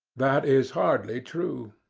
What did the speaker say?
that is hardly true.